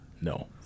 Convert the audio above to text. No